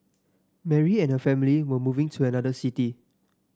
Mary and her family were moving to another city